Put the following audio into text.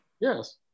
Yes